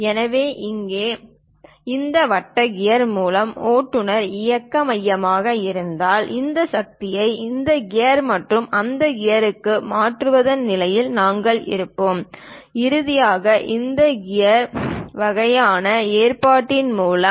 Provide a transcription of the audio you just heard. எனவே இங்கே இந்த வட்ட கியர் மூலம் ஓட்டுநர் இயக்கம் மையமாக இருந்தால் இந்த சக்தியை இந்த கியர் மற்றும் அந்த கியருக்கு மாற்றுவதற்கான நிலையில் நாங்கள் இருப்போம் இறுதியாக இந்த கிரக கியர் வகையான ஏற்பாட்டின் மூலமும்